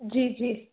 जी जी